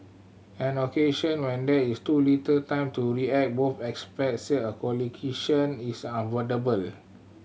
on occasion when there is too little time to react both experts said a collision is unavoidable